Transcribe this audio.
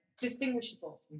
distinguishable